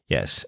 Yes